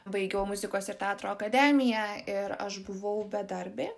baigiau muzikos ir teatro akademiją ir aš buvau bedarbė